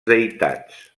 deïtats